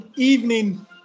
evening